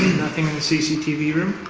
nothing in the cctv room